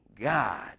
God